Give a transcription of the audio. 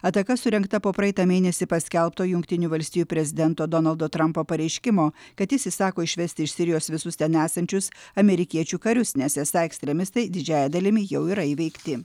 ataka surengta po praeitą mėnesį paskelbto jungtinių valstijų prezidento donaldo trampo pareiškimo kad jis įsako išvesti iš sirijos visus ten esančius amerikiečių karius nes esą ekstremistai didžiąja dalimi jau yra įveikti